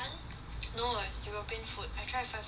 no it's european food I try to find for you